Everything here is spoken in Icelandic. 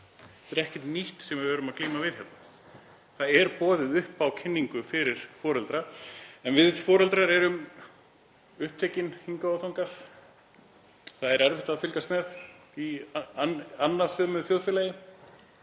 Þetta er ekkert nýtt sem við erum að glíma við hérna. Það er boðið upp á kynningu fyrir foreldra en við foreldrar erum upptekin hingað og þangað. Það er erfitt að fylgjast með í annasömu þjóðfélagi